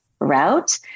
route